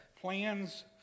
plans